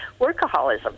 workaholism